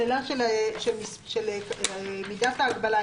השאלה של מידת הגבלה,